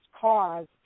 cause